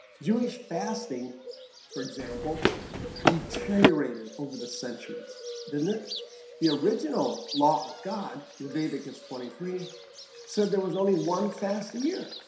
jewish fasting for example deteriorated over the centuries didn't it the original law of god leviticus? twenty three said there was only one fast a year